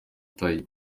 tayi